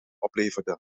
opleverde